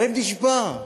הלב נשבר.